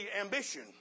ambition